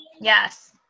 Yes